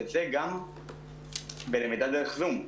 וזה גם בלמידה דרך זום,